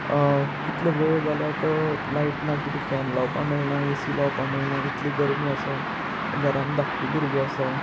कितलो वेळ जाला तो लायट ना कितें फॅन लावपा मेळना ए सी लावपा मेळना इतली गरमी आसा घरान धाकटी भुरगीं आसा